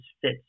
fits